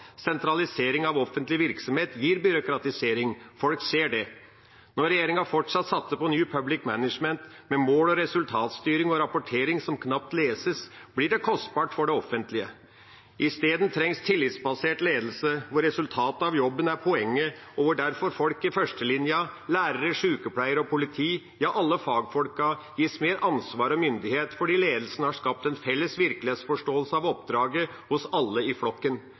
sentralisering av offentlig virksomhet gir byråkratisering. Folk ser det. Når regjeringa fortsatt satser på New Public Management, med mål- og resultatstyring og rapportering som knapt leses, blir det kostbart for det offentlige. Isteden trengs tillitsbasert ledelse, der resultatet av jobben er poenget, og der derfor folk i førstelinja – lærere, sjukepleiere og politi, ja, alle fagfolk – gis mer ansvar og myndighet fordi ledelsen har skapt en felles virkelighetsforståelse av oppdraget hos alle i flokken.